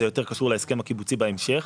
זה יותר קשור להסכם הקיבוצי בהמשך,